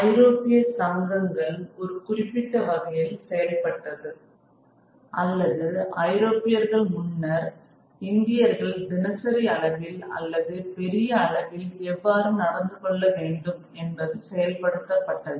ஐரோப்பிய சங்கங்கள் ஒரு குறிப்பிட்ட வகையில் செயல்பட்டது அல்லது ஐரோப்பியர்கள் முன்னர் இந்தியர்கள் தினசரி அளவில் அல்லது பெரிய அளவில் எவ்வாறு நடந்து கொள்ள வேண்டும் என்பது செயல்படுத்தப்பட்டது